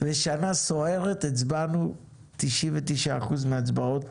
בשנה סוערת הצבענו 99% מההצבעות